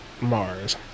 Mars